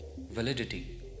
Validity